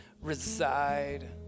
reside